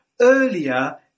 earlier